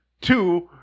two